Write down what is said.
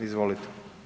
Izvolite.